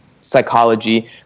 psychology